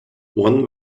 one